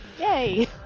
Yay